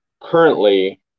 currently